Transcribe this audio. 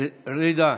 ליהודים.